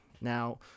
Now